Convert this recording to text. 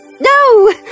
No